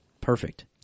perfect